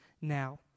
now